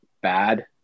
bad